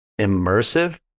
immersive